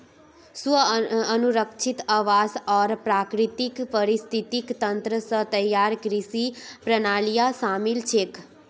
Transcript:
स्व अनुरक्षित आवास आर प्राकृतिक पारिस्थितिक तंत्र स तैयार कृषि प्रणालियां शामिल छेक